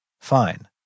Fine